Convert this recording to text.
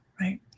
right